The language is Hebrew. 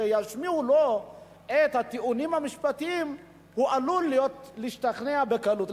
כאשר ישמיעו לו את הטיעונים המשפטיים הוא עלול להשתכנע בקלות.